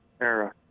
era